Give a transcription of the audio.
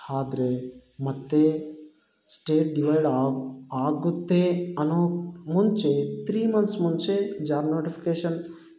ಆದ್ರೆ ಮತ್ತೆ state divide ಆಗಿ ಆಗುತ್ತೆ ಅನ್ನೋ ಮುಂಚೆ ತ್ರೀ ಮಂತ್ಸ್ ಮುಂಚೆ ಜಾಬ್ ನೋಟಿಫಿಕೇಶನ್